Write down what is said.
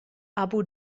abu